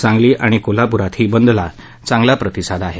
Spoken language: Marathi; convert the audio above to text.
सांगली आणि कोल्हापुरात ही बंदला चांगला प्रतिसाद आहे